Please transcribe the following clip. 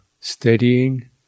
steadying